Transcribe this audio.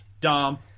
Dom